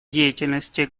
деятельности